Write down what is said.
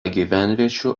gyvenviečių